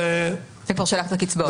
זאת כבר שאלת הקצבאות כן.